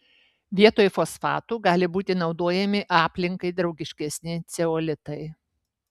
vietoj fosfatų gali būti naudojami aplinkai draugiškesni ceolitai